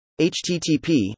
HTTP